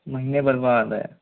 महीने भर बाद है